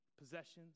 possessions